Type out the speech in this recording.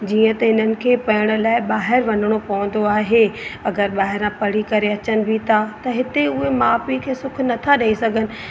जीअं त इन्हनि खे पढ़ण लाइ ॿाहिरि वञिणो पवंदो आहे अगरि ॿाहिरा पढ़ी करे अचनि बि था त हिते उए माउ पीउ खे सुख नथा ॾेई सघनि